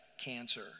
cancer